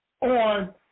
on